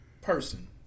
person